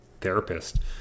therapist